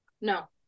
no